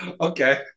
okay